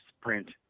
sprint